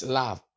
love